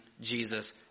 Jesus